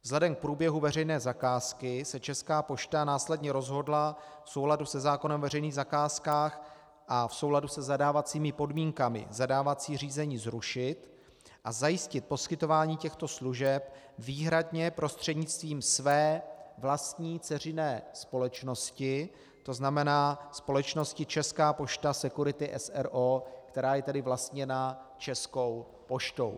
Vzhledem k průběhu veřejné zakázky se Česká pošta následně rozhodla v souladu se zákonem o veřejných zakázkách a v souladu se zadávacími podmínkami zadávací řízení zrušit a zajistit poskytování těchto služeb výhradně prostřednictvím své vlastní dceřiné společnosti, to znamená společnosti Česká pošta Security, s.r.o., která je vlastněna Českou poštou.